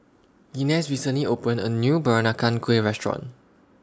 Inez recently opened A New Peranakan Kueh Restaurant